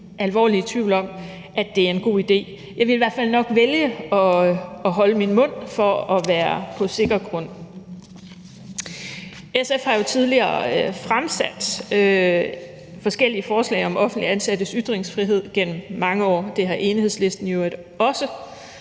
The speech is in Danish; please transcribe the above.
alvorligt i tvivl om, om det var en god idé. Jeg ville i hvert fald nok vælge at holde min mund for at være på sikker grund. SF har jo fremsat forskellige forslag om offentligt ansattes ytringsfrihed gennem mange år, og det har Enhedslisten i